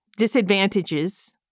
disadvantages